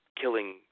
killing